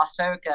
Ahsoka